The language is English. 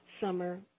summer